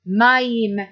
Ma'im